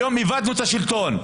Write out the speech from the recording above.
היום איבדנו את השלטון.